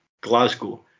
Glasgow